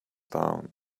down